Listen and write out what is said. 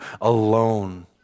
alone